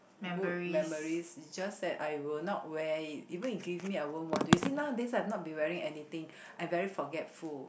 good memories it's just that I will not wear it even you give me I won't want to you see nowadays I've not been wearing anything I very forgetful